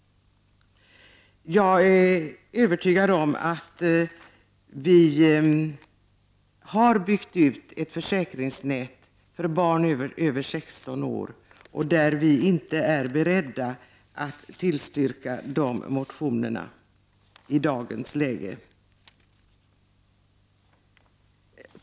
Jag är övertygad om att vi har byggt ut ett försäkringsnät för barn över 16 år. Vi är inte beredda att tillstyrka de motionerna i dagens läge.